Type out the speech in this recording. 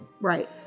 Right